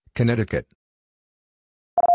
Connecticut